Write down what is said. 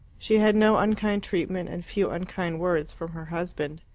she had no unkind treatment, and few unkind words, from her husband.